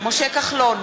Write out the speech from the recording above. משה כחלון,